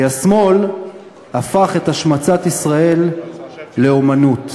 כי השמאל הפך את השמצת ישראל לאמנות.